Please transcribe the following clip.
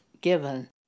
given